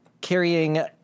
Carrying